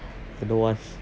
I don't want